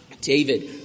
David